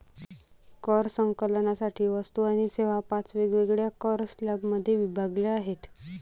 कर संकलनासाठी वस्तू आणि सेवा पाच वेगवेगळ्या कर स्लॅबमध्ये विभागल्या आहेत